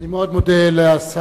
אני מאוד מודה לשר.